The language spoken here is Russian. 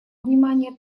внимания